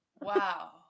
Wow